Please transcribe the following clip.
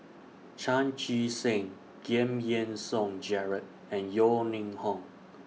Chan Chee Seng Giam Yean Song Gerald and Yeo Ning Hong